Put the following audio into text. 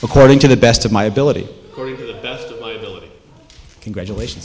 ccording to the best of my ability congratulations